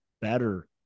better